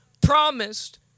promised